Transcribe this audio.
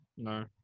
No